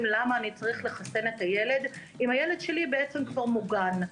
למה אני צריך לחסן את הילד אם הילד שלי כבר מוגן.